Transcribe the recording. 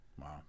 Wow